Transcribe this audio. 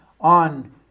on